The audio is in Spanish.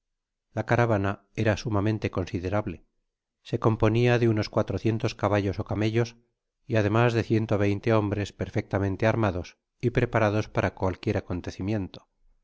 la caravana era sumamente considerable se componia de unos cuatrocientos caballos ó camellos y además de ciento veinte hombres perfectamente armados y preparados para cualquier acontecimiento